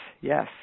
yes